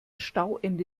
stauende